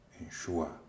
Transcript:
ensure